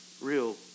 real